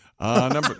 Number